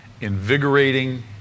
invigorating